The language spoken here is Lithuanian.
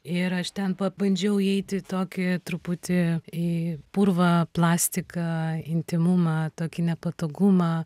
ir aš ten pabandžiau įeiti į tokį truputį į purvą plastiką intymumą tokį nepatogumą